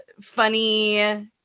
funny